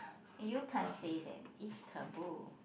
you can't say that it's tabboo